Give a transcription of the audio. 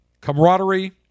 camaraderie